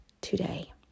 today